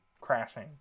crashing